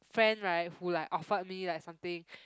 friend right who like offered me like something